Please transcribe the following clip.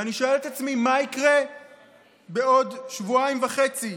ואני שואל את עצמי: מה יקרה בעוד שבועיים וחצי?